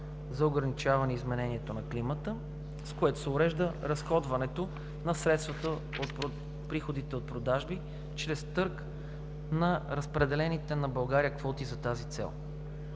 за ограничаване изменението на климата, с което се урежда разходването на средствата от приходите от продажба чрез търг на разпределените на България квоти за тази цел.